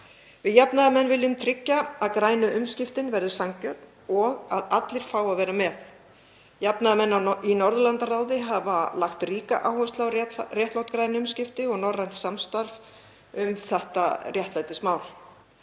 Við jafnaðarmenn viljum tryggja að grænu umskiptin verði sanngjörn og að allir fái að vera með. Jafnaðarmenn í Norðurlandaráði hafa lagt ríka áherslu á réttlát græn umskipti og norrænt samstarf um þetta réttlætismál.